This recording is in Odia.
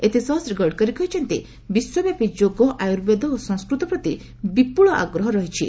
ଏଥିସହ ଶ୍ରୀ ଗଡ଼କରୀ କହିଛନ୍ତି ବିଶ୍ୱବ୍ୟାପୀ ଯୋଗ ଆୟୁର୍ବେଦ ଓ ସଂସ୍କୃତ ପ୍ରତି ବିପୁଳ ଆଗ୍ରହ ରହିଛି